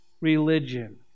religion